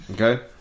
Okay